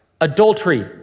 adultery